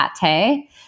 pate